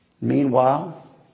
Meanwhile